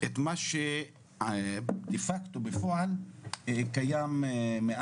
את מה שבפועל קיים.